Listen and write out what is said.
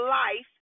life